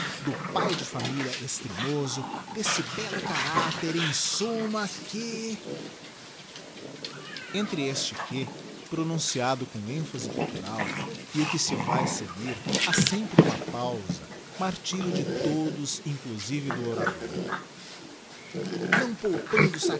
do pae de familia extremoso desse bello caracter em sunima que entre este que pronunciado com emphase guttural e o que se vae seguir ha sempre uma pausa martyrio de todos inclusive do orador não poupando